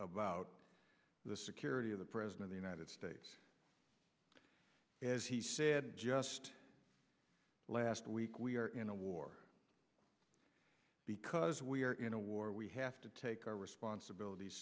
about the security of the president the united states as he said just last week we are in a war because we are in a war we have to take our responsibilities